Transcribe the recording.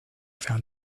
found